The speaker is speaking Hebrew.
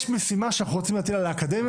יש משימה שאנחנו רוצים להטיל על האקדמיה,